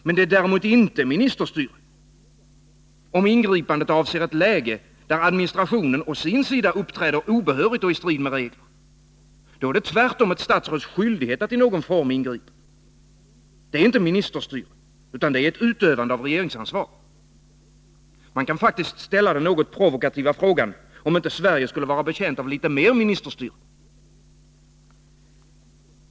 Men det är däremot inte ministerstyre, om ingripandet avser ett läge där administrationen å sin sida uppträder obehörigt och i strid med regler. Då är det tvärtom ett statsråds skyldighet att i någon form ingripa. Det är inte ministerstyre utan ett utövande av regeringsansvar. Man kan faktiskt ställa den något provokativa frågan om inte Sverige skulle vara betjänt av litet mer ministerstyre.